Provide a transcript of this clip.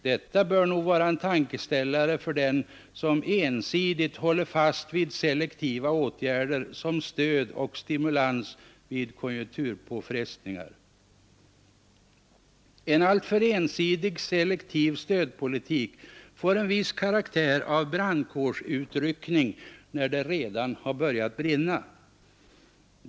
Detta bör nog vara en tankeställare för dem som ensidigt håller fast vid selektiva åtgärder som stöd och stimulans vid konjunkturpåfrestningar. En alltför ensidigt selektiv stödpolitik får en viss karaktär av brandkårsutryckning när det redan har börjat brinna.